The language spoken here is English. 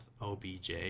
OBJ